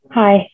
hi